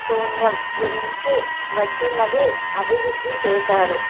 సూన్యం గురించి వచ్చినది అభివృద్ధి చేశారు